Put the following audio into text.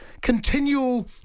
continual